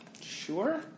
Sure